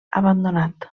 abandonat